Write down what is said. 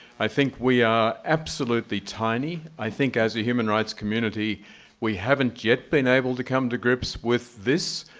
i think we are absolutely tiny. i think as as a human rights community we haven't yet been able to come to grips with this.